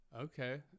Okay